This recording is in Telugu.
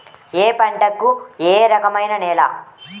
ఏ పంటకు ఏ రకమైన నేల?